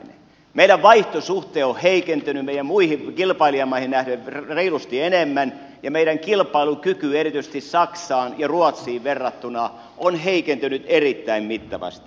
meidän vaihtosuhde on heikentynyt muihin kilpailijamaihin nähden reilusti enemmän ja meidän kilpailukyky erityisesti saksaan ja ruotsiin verrattuna on heikentynyt erittäin mittavasti